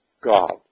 God